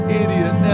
idiot